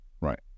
Right